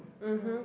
(uh huh)